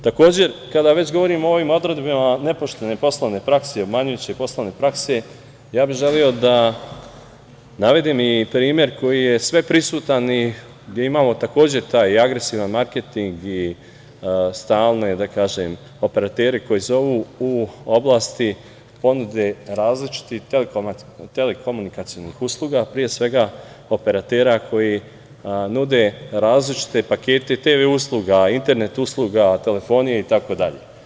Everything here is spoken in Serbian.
Takođe, kada već govorimo o ovim odredbama nepoštene poslovne prakse i obmanjujuće poslovne prakse, ja bih želeo da navedem i primer koji je sveprisutan i gde imamo takođe taj agresivan marketing i stalne operatere koji zovu u oblasti ponude različitih telekomunikacionih usluga, pre svega operatera koji nude različite pakete TV usluga, internet usluga, telefonije itd.